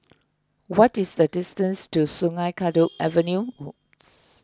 what is the distance to Sungei Kadut Avenue